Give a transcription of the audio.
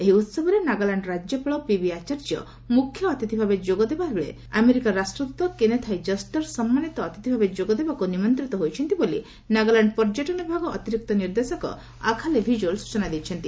ଏହି ଉତ୍ସବରେ ନାଗାଲାଣ୍ଡ ରାଜ୍ୟପାଳ ପିବି ଆଚାର୍ଯ୍ୟ ମୁଖ୍ୟ ଅତିଥି ଭାବେ ଯୋଗ ଦେଉଥିବାବେଳେ ଆମେରିକା ରାଷ୍ଟ୍ରଦୃତ କେନେଥ୍ ଆଇ ଜଷ୍ଟର ସମ୍ମାନିତ ଅତିଥି ଭାବେ ଯୋଗଦେବାକୁ ନିମନ୍ତିତ ହୋଇଛନ୍ତି ବୋଲି ନାଗାଲାଣ୍ଡ ପର୍ଯ୍ୟଟନ ବିଭାଗ ଅତିରିକ୍ତ ନିର୍ଦ୍ଦେଶକ ଆଖାଲେ ଭିଜୋଲ୍ ସୂଚନା ଦେଇଛନ୍ତି